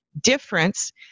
difference